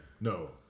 no